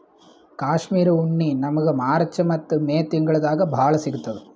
ಕಾಶ್ಮೀರ್ ಉಣ್ಣಿ ನಮ್ಮಗ್ ಮಾರ್ಚ್ ಮತ್ತ್ ಮೇ ತಿಂಗಳ್ದಾಗ್ ಭಾಳ್ ಸಿಗತ್ತದ್